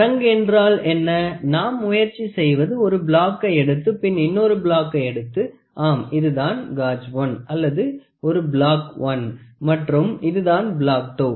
வ்ருங் என்றால் என்ன நாம் முயற்சி செய்வது ஒரு பிளாக்கை எடுத்து பின் இன்னொரு பிளாக்கை எடுத்து ஆம் இதுதான் காஜ் 1 அல்லது ஒரு பிளாக் 1 மற்றும் இதுதான் பிளாக் 2